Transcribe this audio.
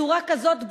בצורה כזאת בוטה,